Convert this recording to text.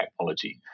technology